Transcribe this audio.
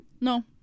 No